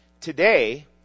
today